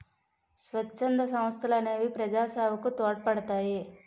స్వచ్ఛంద సంస్థలనేవి ప్రజాసేవకు తోడ్పడతాయి